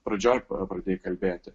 pradžioj pradėjai kalbėti